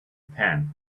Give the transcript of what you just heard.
pan